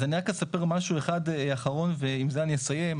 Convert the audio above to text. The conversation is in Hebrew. אז אני רק אספר משהו אחד אחרון ועם זה אני אסיים.